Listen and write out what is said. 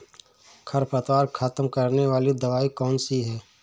खरपतवार खत्म करने वाली दवाई कौन सी है?